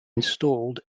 installed